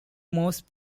most